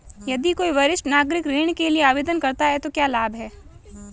यदि कोई वरिष्ठ नागरिक ऋण के लिए आवेदन करता है तो क्या लाभ हैं?